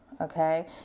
okay